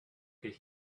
could